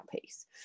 piece